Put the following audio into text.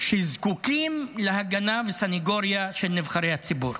שזקוקים להגנה וסנגוריה של נבחרי הציבור.